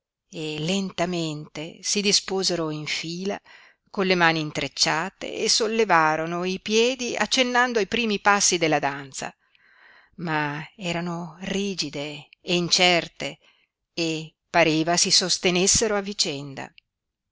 terreno grigiastro lentamente si disposero in fila con le mani intrecciate e sollevarono i piedi accennando i primi passi della danza ma erano rigide e incerte e pareva si sostenessero a vicenda